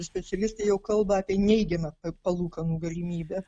specialistai jau kalba apie neigiamą palūkanų galimybę